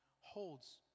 holds